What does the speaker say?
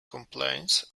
complaints